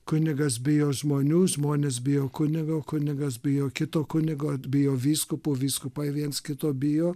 kunigas bijo žmonių žmonės bijo kunigo kunigas bijo kito kunigo bijo vyskupo vyskupai viens kito bijo